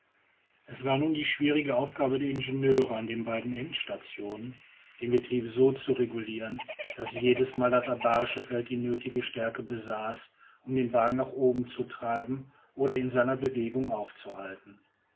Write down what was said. es war nun die schwierige aufgabe der ingenieure an den beiden endstationen den betrieb so zu regulieren daß jedesmal das abarische feld die nötige stärke besaß um den wagen nach oben zu treiben oder in seiner bewegung aufzuhalten